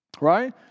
Right